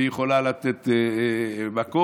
והיא יכולה לתת מכות,